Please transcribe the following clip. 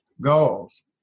goals